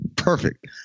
perfect